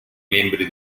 membri